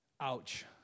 Ouch